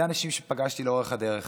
אלה האנשים שפגשתי לאורך כל הדרך